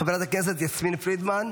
חברת הכנסת יסמין פרידמן,